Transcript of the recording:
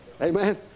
Amen